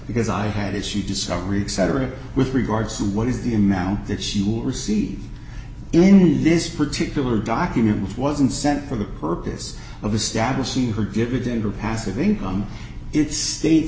because i had it she discovered cetera with regards to what is the amount that she will receive in this particular document which wasn't sent for the purpose of establishing her getting her passive income it's state